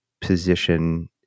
position